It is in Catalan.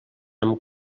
amb